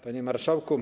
Panie Marszałku!